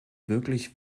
wirklich